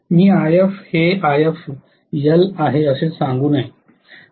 मी If हे Ifl आहे असे सांगू नये